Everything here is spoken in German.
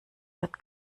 hat